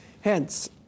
Hence